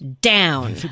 down